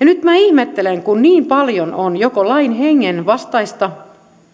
nyt minä ihmettelen kun niin paljon on joko lain hengen vastaista